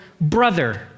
brother